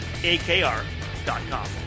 AKR.com